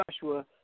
Joshua